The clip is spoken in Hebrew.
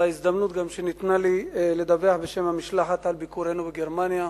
על ההזדמנות שניתנה לי לדווח בשם המשלחת על ביקורנו בגרמניה